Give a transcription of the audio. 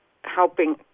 helping